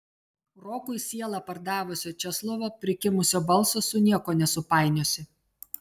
rokui sielą pardavusio česlovo prikimusio balso su niekuo nesupainiosi